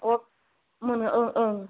अ मोनो ओं ओं